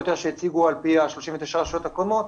יותר שהציגו על פי ה-39 רשויות הקודמות,